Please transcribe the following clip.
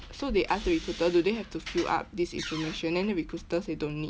so they ask the recruiter do they have to fill up this information then the recruiter say don't need